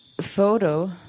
photo